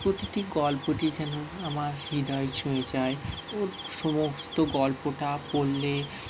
প্রতিটি গল্পটি যেন আমার হৃদয় ছুঁয়ে যায় ওর সমস্ত গল্পটা পড়লে